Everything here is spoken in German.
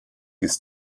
ist